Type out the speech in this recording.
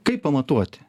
kaip pamatuoti